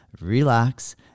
relax